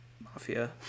Mafia